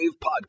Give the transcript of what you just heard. podcast